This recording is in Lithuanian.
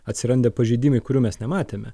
atsiranda pažeidimai kurių mes nematėme